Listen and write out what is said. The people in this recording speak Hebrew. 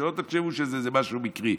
שלא תחשבו שזה משהו מקרי.